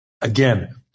Again